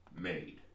made